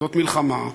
זאת מלחמה,